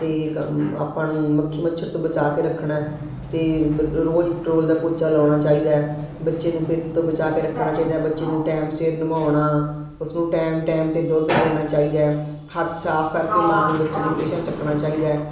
ਅਤੇ ਆਪਾਂ ਨੂੰ ਮੱਖੀ ਮੱਛਰ ਤੋਂ ਬਚਾਅ ਕੇ ਰੱਖਣਾ ਅਤੇ ਰੋਜ਼ ਡਟੋਲ ਦਾ ਪੋਚਾ ਲਾਉਣਾ ਚਾਹੀਦਾ ਬੱਚੇ ਨੂੰ ਪਿੱਤ ਤੋਂ ਬਚਾਅ ਕੇ ਰੱਖਣਾ ਚਾਹੀਦਾ ਬੱਚੇ ਨੂੰ ਟਾਈਮ ਸਿਰ ਨਵਾਉਣਾ ਉਸਨੂੰ ਟਾਈਮ ਟਾਈਮ 'ਤੇ ਦੁੱਧ ਦੇਣਾ ਚਾਹੀਦਾ ਹੱਥ ਸਾਫ ਕਰਕੇ ਮਾਂ ਨੂੰ ਬੱਚੇ ਨੂੰ ਹਮੇਸ਼ਾ ਚੱਕਣਾ ਚਾਹੀਦਾ